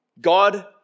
God